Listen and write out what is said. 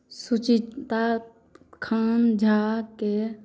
सुचिता खांँ झाके